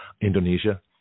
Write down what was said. Indonesia